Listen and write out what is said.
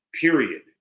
period